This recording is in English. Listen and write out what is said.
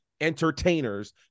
entertainers